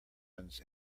ones